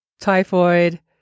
typhoid